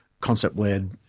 concept-led